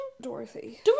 Dorothy